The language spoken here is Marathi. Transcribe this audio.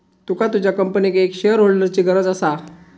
तुका तुझ्या कंपनीक एक शेअरहोल्डरची गरज असा